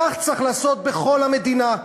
כך צריך לעשות בכל המדינה.